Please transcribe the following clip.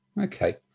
Okay